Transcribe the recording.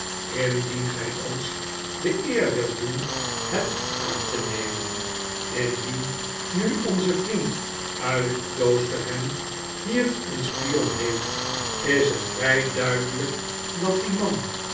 indien gy ons de eer wilt doen het aan te nemen indien nu onze vriend uit kloosterham hier een spion heeft is het vry duidelyk dat die man